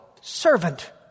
servant